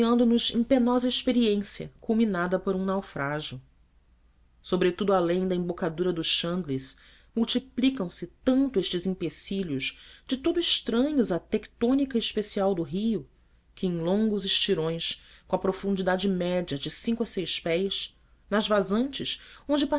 em penosa experiência culminada por um naufrágio sobretudo além da embocadura do chandless multiplicam se tanto estes empecilhos de todo estranhos à tectônica especial do rio que em longos estirões com a profundidade média de cinco a seis pés nas vazantes onde